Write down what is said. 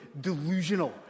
delusional